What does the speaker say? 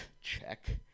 Check